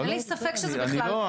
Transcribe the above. אין לי ספק שזה בכלל מאבק --- לא,